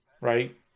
right